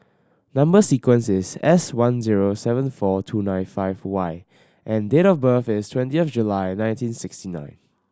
number sequence is S one zero seven four two nine five Y and date of birth is twentieth July nineteen sixty nine